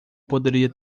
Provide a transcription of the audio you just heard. poderia